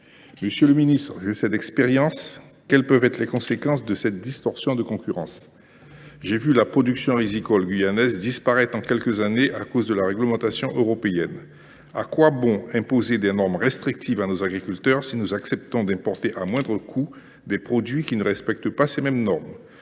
Monsieur le ministre, je sais d’expérience quelles peuvent être les conséquences de la distorsion de concurrence. J’ai vu la production rizicole guyanaise disparaître en quelques années à cause de la réglementation européenne. À quoi bon imposer des normes restrictives à nos agriculteurs si nous acceptons d’importer à moindre coût des produits qui ne respectent pas ces mêmes normes ?